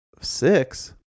six